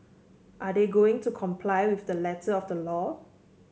are they going to comply with the letter of the law